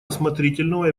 осмотрительного